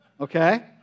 Okay